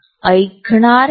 ठीक आहे आपण काय म्हणता